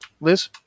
liz